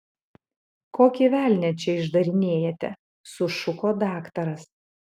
kokį velnią čia išdarinėjate sušuko daktaras